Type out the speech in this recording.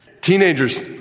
Teenagers